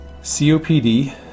COPD